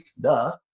duh